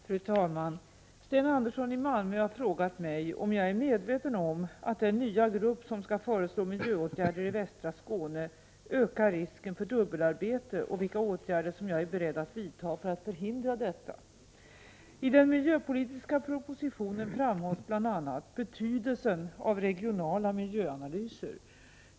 Fru talman! Sten Andersson i Malmö har frågat mig om jag är medveten om att den nya grupp som skall föreslå miljöåtgärder i västra Skåne ökar risken för dubbelarbete och vilka åtgärder som jag är beredd att vidta för att förhindra detta. I den miljöpolitiska propositionen framhålls bl.a. betydelsen av regionala miljöanalyser.